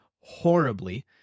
horribly